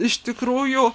iš tikrųjų